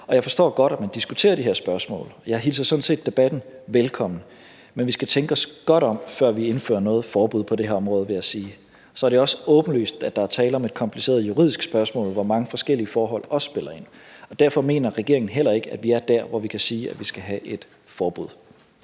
og jeg forstår godt, at man diskuterer de her spørgsmål. Jeg hilser sådan set debatten velkommen. Men vi skal tænke os godt om, før vi indfører noget forbud på det her område, vil jeg sige. Så er det også åbenlyst, at der er tale om et kompliceret juridisk spørgsmål, hvor mange forskellige forhold spiller ind. Derfor mener regeringen heller ikke, at vi er der, hvor vi kan sige, at vi skal have et forbud.